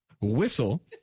whistle